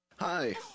Hi